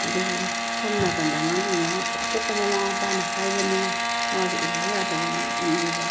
ꯑꯗꯨꯕꯨ ꯁꯣꯝ ꯅꯥꯀꯟꯗ ꯃꯥꯒꯤ ꯑꯄꯣꯛꯄ ꯃꯃꯥ ꯃꯄꯥꯅ ꯍꯥꯏꯕꯅꯤꯅ ꯃꯥꯁꯨ ꯏꯟꯗ ꯌꯥꯗꯕꯅꯤꯅ ꯏꯟꯈꯤꯕ